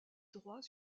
droits